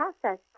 process